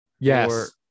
Yes